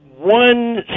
one